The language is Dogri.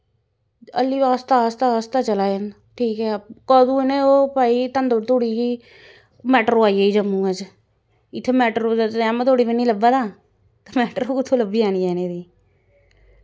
हाली आस्ता आस्ता आस्ता चला दे न ठीक ऐ कदूं इ'नें ओह् पाई धंदड़ धूड़ी कि मेट्रो आई गेई जम्मू च इत्थें मेट्रो दा ते एम तोड़ी बी निं लब्भा दा मेट्रो कु'त्थें लब्भनी जानी ऐ इ'नें गी